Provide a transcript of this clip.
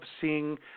seeing